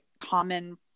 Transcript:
common